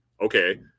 okay